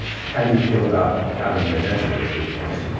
how do you feel about having an adventure this weekend?